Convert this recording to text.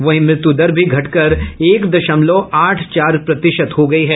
वहीं मृत्यु दर भी घटकर एक दशमलव आठ चार प्रतिशत हो गयी है